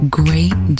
great